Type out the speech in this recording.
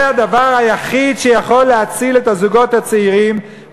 זה הדבר היחיד שיכול להציל את הזוגות הצעירים,